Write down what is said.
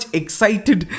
excited